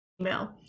email